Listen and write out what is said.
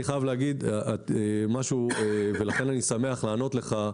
אני חייב להגיד ולכן אני שמח לענות לך,